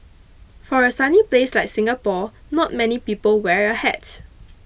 for a sunny place like Singapore not many people wear a hat